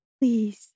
Please